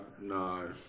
no